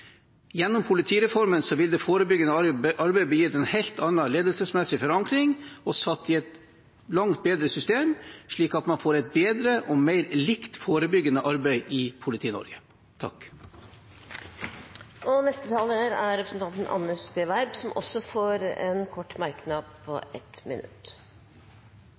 Gjennom politireformen vil det forebyggende arbeidet bli gitt en helt annen ledelsesmessig forankring og satt i et langt bedre system slik at man får et bedre og mer likt forebyggende arbeid i Politi-Norge. Representanten Anders B. Werp har hatt ordet to ganger tidligere og får ordet til en kort merknad, begrenset til 1 minutt.